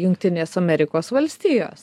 jungtinės amerikos valstijos